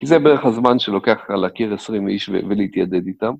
כי זה בערך הזמן שלוקח לך להכיר 20 איש ולהתיידד איתם.